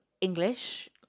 English